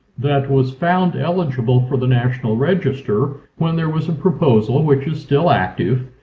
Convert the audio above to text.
that was found eligible for the national register when there was a proposal, which is still active,